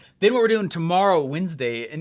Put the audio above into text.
then what we're doing tomorrow, wednesday, and